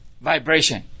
vibration